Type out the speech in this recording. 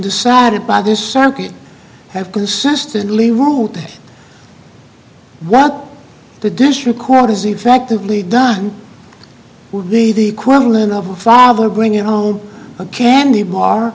decided by this circuit have consistently ruled that what the district court is effectively done would be the equivalent of a father bringing home a candy bar